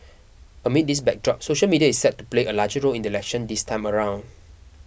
amid this backdrop social media is set to play a larger role in the election this time around